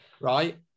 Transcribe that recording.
right